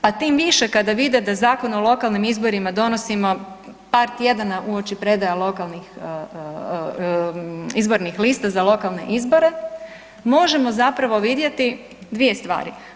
Pa tim više kada vide da Zakon o lokalnim izborima donosimo par tjedana uoči predaje lokalnih, izbornih lista za lokalne izbore, možemo zapravo vidjeti dvije stvari.